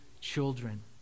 children